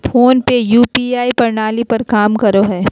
phone पे UPI प्रणाली पर काम करो हय